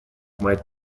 might